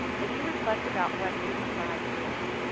as you reflect about what youdescribe is,